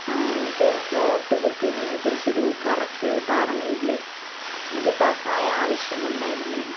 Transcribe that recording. ആ എനിക്ക് സ്ലോട്ട് ബുക്കെയ്യുന്നതിനെക്കുറിച്ചൊരു കറക്റ്റ് ധാരണ ഇല്ലേ എനിക്ക് സഹായ ആവശ്യമുണ്ടായിരുന്നേ